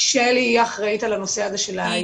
שלי, היא האחראית של הנושא הזה.